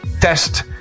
test